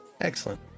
Excellent